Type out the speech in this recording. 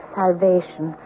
salvation